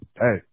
hey